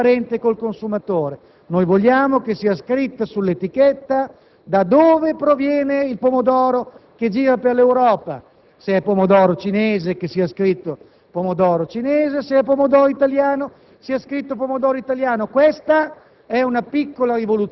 un rapporto trasparente con il consumatore. Noi vogliamo che sia scritto sull'etichetta da dove proviene il pomodoro che gira per l'Europa: se è pomodoro cinese, che sia scritto che è cinese; se è pomodoro italiano, che sia scritto che è italiano. È una